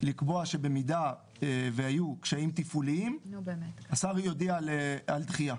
לקבוע שבמידה שהיו קשיים תפעוליים השר יודיע על דחייה.